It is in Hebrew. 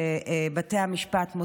כשבתי המשפט,